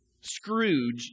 Scrooge